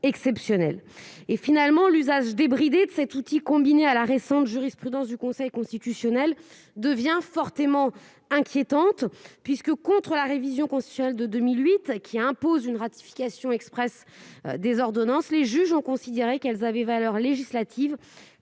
exceptionnel et finalement l'usage débridé de cet outil, combinée à la récente jurisprudence du Conseil constitutionnel devient forcément inquiétante puisque contre la révision constitutionnelle de 2008, qui impose une ratification Express des ordonnances, les juges ont considéré qu'elles avait valeur législative,